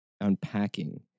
unpacking